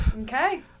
Okay